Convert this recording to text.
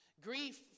Grief